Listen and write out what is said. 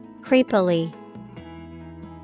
Creepily